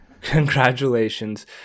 Congratulations